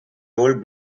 old